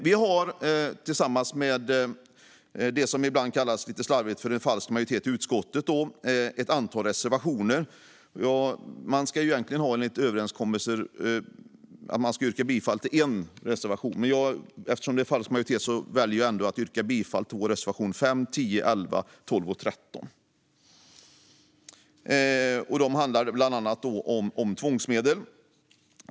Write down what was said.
Vi har, tillsammans med det som ibland lite slarvigt kallas för en falsk majoritet i utskottet, ett antal reservationer. Man ska ju egentligen, enligt överenskommelse, yrka bifall till en reservation. Men eftersom vi har en falsk majoritet väljer jag ändå att yrka bifall till våra reservationer 5, 10, 11, 12 och 13. De handlar bland annat om tvångsmedel.